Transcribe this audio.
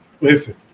Listen